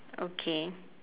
okay